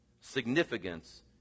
Significance